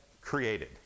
created